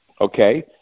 okay